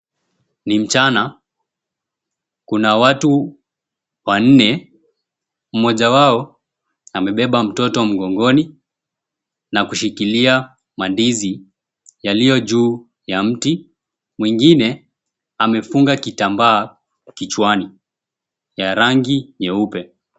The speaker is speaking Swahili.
Ni mchana kuna watu wanne, mmoja wao amebeba mtoto mgongoni na kushikilia mandizi yaliyo juu ya mti, mwingine amefunga kitambaa kichwani ya rangi nyeupe.